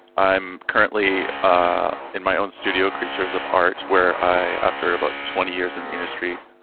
i'm currently ah in my own studio, creatures of art where i, after about twenty years in the industry,